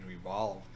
evolve